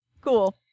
Cool